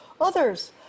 Others